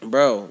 Bro